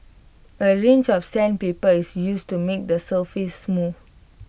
A range of sandpaper is used to make the surface smooth